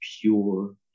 pure